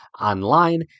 online